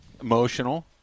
emotional